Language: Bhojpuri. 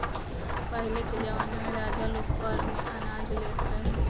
पहिले के जमाना में राजा लोग कर में अनाज लेत रहे